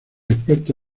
experto